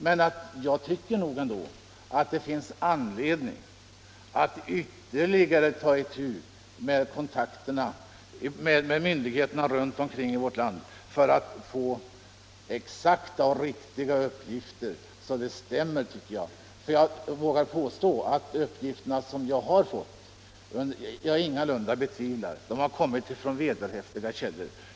Men jag tycker nog att det finns anledning att ta ytterligare kontakter med myndigheterna runt om i landet för att få exakta uppgifter som stämmer med verkligheten. De uppgifter som jag har fått tvivlar jag ingalunda på — de har kommit ur vederhäftiga källor.